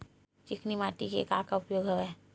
चिकनी माटी के का का उपयोग हवय?